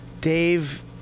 Dave